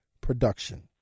production